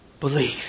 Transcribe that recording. Believe